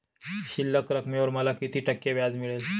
शिल्लक रकमेवर मला किती टक्के व्याज मिळेल?